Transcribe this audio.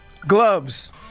Gloves